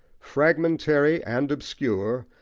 fragmentary and obscure,